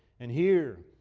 and here,